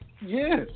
Yes